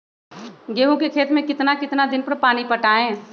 गेंहू के खेत मे कितना कितना दिन पर पानी पटाये?